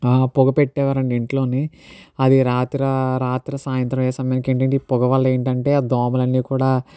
పొగ పట్టేవారండి ఇంట్లోనే అది రాత్రి రాత్రి సాయంత్రం సాయంత్రం అయ్యే సమయానికి పొగ వల్ల ఏంటంటే ఆ దోమలు అన్ని కూడా